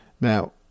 Now